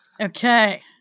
Okay